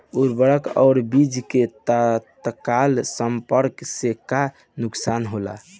उर्वरक और बीज के तत्काल संपर्क से का नुकसान होला?